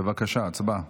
בבקשה, הצבעה.